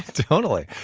totally.